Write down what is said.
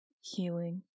healing